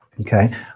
okay